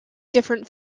different